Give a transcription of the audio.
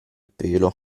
pelo